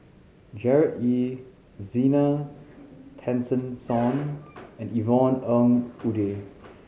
Gerard Ee Zena Tessensohn and Yvonne Ng Uhde